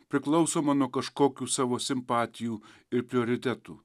priklausoma nuo kažkokių savo simpatijų ir prioritetų